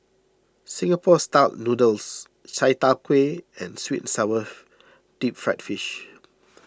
Singapore Style Noodles Chai Tow Kway and Sweet Sour Deep Fried Fish